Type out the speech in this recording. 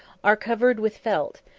are covered with felt,